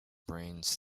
brains